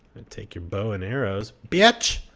and take your bows and arrows, bitch!